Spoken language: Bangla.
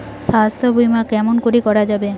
স্বাস্থ্য বিমা কেমন করি করা যাবে?